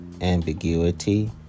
ambiguity